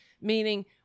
meaning